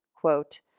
quote